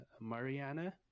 Mariana